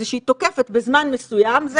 זה שהיא תוקפת בזמן מסוים זה